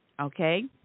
okay